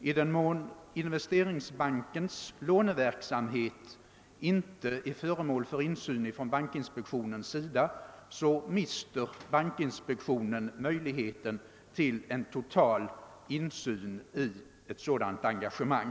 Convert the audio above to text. I den mån Investeringsbankens låneverksamhet inte är föremål för insyn från bankinspektionens sida mister bankinspektionen möjligheten till en total insyn i ett sådant engagemang.